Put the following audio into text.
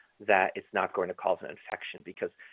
that it's not going to cause an infection, because